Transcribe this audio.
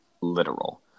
literal